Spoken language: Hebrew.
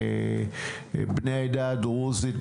בני העדה הדרוזית,